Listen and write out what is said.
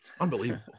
unbelievable